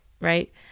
right